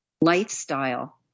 lifestyle